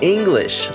English